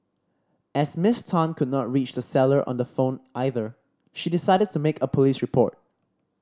as Miss Tan could not reach the seller on the phone either she decided to make a police report